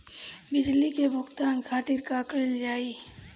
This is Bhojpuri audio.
बिजली के भुगतान खातिर का कइल जाइ?